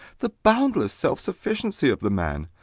the boundless self-sufficiency of the man!